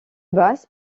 base